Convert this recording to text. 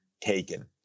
taken